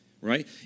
right